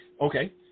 Okay